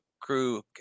crew